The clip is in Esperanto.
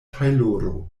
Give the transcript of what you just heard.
tajloro